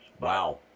Wow